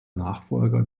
nachfolger